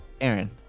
Aaron